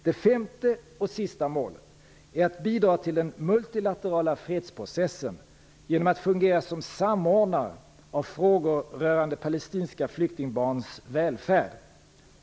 Det femte och sista målet är att bidra till den multilaterala fredsprocessen genom att fungera som samordnare av frågor rörande palestinska flyktingbarns välfärd.